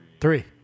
Three